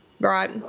Right